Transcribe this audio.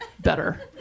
better